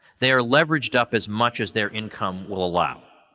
they are leveraged up as much as their income will allow.